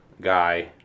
guy